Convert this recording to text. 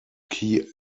key